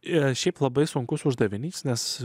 ir šiaip labai sunkus uždavinys nes